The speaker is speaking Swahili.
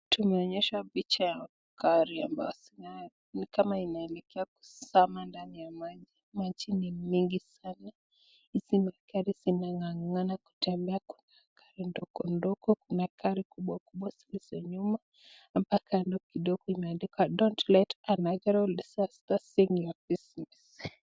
Tunaoneshwa picha ya gari ambayo inaelekea kuzama ndani ya maji, maji ni mingi sana .Hizi magari zinang'ang'ana kutembea, kuna gari ndogo na gari kubwa kubwa zilizo nyuma. Hapa kando kidogo imeandikwa Don't let a natural disastersink your bisiness .